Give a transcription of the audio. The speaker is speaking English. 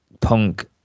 Punk